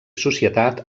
societat